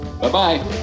Bye-bye